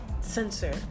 censor